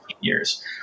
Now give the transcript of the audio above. years